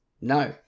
no